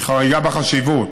היא חריגה בחשיבות,